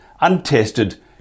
untested